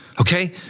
Okay